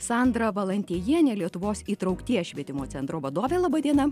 sandra valantiejienė lietuvos įtraukties švietimo centro vadovė laba diena